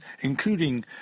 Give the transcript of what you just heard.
including